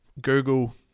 google